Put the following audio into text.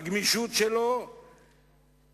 הגמישות שלו מצומצמת.